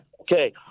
okay